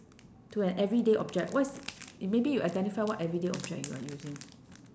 to an everyday object what's maybe you identify what everyday object you are using